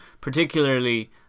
particularly